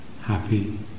happy